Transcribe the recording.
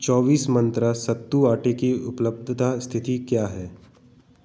चौबीस मंत्रा सत्तू आटे की उपलब्धता स्थिति क्या है